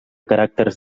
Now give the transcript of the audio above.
caràcters